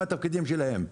מה התפקידים שלהם.